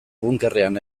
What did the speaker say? bunkerrean